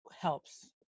helps